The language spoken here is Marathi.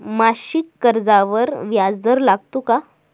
मासिक कर्जावर व्याज दर लागतो का?